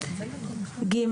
(ג)